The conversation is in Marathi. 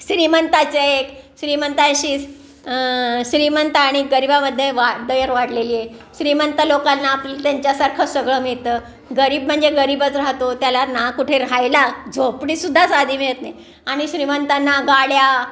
श्रीमंताचे एक श्रीमंताशी श्रीमंत आणि गरीबामध्ये वा दर वाढलेली आहे श्रीमंत लोकांना आपलं त्यांच्यासारखं सगळं मिळतं गरीब म्हणजे गरीबच राहतो त्याला ना कुठे राहायला झोपडी सुद्धा साधी मिळत नाही आणि श्रीमंतांना गाड्या